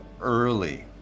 early